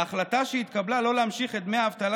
ההחלטה שהתקבלה לא להמשיך את דמי האבטלה